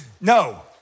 No